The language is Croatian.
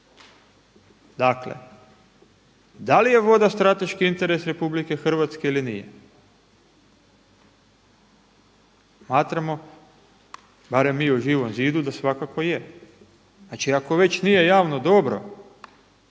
Dakle, da li je voda strateški interes RH ili nije? Smatramo barem mi u Živom zidu da svakako je. Znači, ako već nije javno dobro,